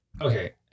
okay